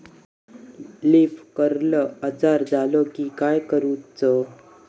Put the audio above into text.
Leaf curl आजार झालो की काय करूच?